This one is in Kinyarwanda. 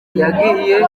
yagiye